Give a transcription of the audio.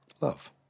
Love